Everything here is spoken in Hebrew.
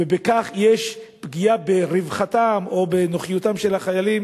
ויש בכך פגיעה ברווחתם או בנוחיותם של החיילים,